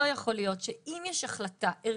לא יכול להיות שאם יש החלטה ערכית,